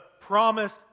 promised